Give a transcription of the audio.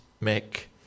make